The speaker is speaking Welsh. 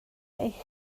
eich